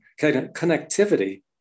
connectivity